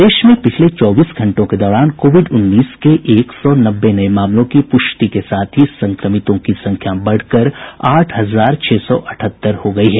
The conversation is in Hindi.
प्रदेश में पिछले चौबीस घंटों के दौरान कोविड उन्नीस के एक सौ नब्बे नये मामलों की पुष्टि के साथ ही संक्रमितों की संख्या बढ़कर आठ हजार छह सौ अठहत्तर हो गयी है